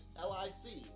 l-i-c